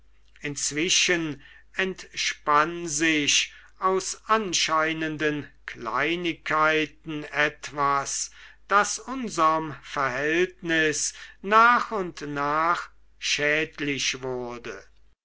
inzwischen entspann sich aus anscheinenden kleinigkeiten etwas das unserm verhältnisse nach und nach schädlich wurde